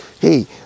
hey